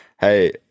Hey